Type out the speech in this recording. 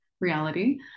reality